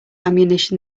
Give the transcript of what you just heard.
ammunition